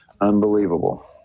Unbelievable